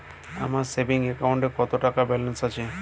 আমার সেভিংস অ্যাকাউন্টে কত টাকা ব্যালেন্স আছে?